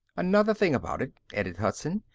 another thing about it, added hudson,